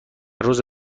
روز